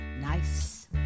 nice